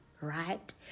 right